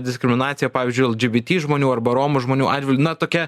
diskriminaciją pavyzdžiui lgbt žmonių arba romų žmonių atžvilgiu na tokia